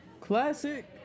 classic